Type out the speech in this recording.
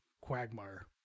quagmire